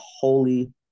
holy